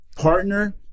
partner